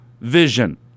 vision